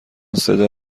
صدا